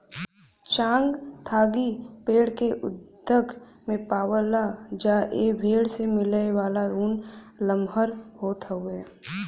चांगथांगी भेड़ के लद्दाख में पावला जाला ए भेड़ से मिलेवाला ऊन लमहर होत हउवे